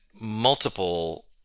multiple